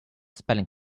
spelling